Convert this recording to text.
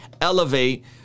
elevate